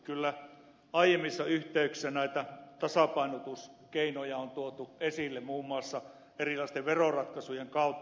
kyllä aiemmissa yhteyksissä näitä tasapainotuskeinoja on tuotu esille muun muassa erilaisten veroratkaisujen kautta